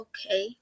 Okay